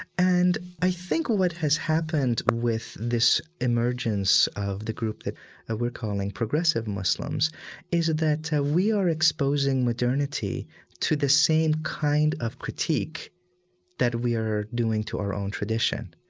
and i think what has happened with this emergence of the group that ah we're calling progressive muslims is that we are exposing modernity to the same kind of critique that we are doing to our own tradition.